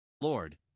Lord